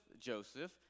Joseph